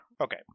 Okay